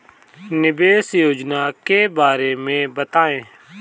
निवेश योजना के बारे में बताएँ?